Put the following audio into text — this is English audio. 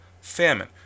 famine